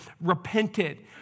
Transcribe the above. repented